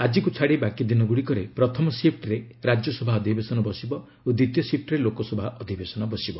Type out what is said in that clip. ଆକିକୁ ଛାଡ଼ି ବାକି ଦିନ ଗୁଡ଼ିକରେ ପ୍ରଥମ ସିପ୍ଟରେ ରାଜ୍ୟସଭା ଅଧିବେଶନ ବସିବ ଓ ଦ୍ୱିତୀୟ ସିପ୍ଟରେ ଲୋକସଭା ଅଧିବେଶନ ବସିବ